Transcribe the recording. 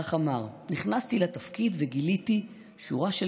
כך אמר: נכנסתי לתפקיד וגיליתי שורה של